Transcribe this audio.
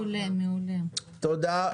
תודה.